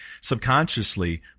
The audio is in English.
subconsciously